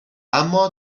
امّا